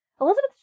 elizabeth